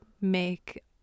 make